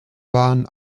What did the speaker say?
waren